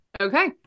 Okay